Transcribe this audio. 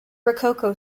rococo